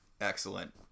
Excellent